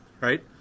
Right